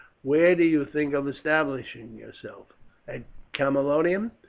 where do you think of establishing yourself at camalodunum?